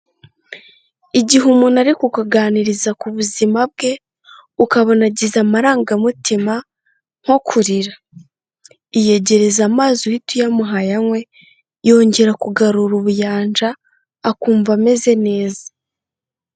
Igihe umuntu ari kukuganiriza ku buzima bwe ukabona agize amarangamutima nko kurira, iyegereza amazi uhite uyamuha ayanywe yongera kugarura ubuyanja akumva ameze neza.